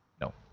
No